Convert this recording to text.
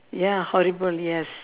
ya horrible yes